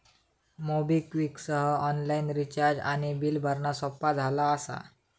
MobiKwik सह online recharge आणि bill भरणा सोपा झाला असा